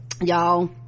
y'all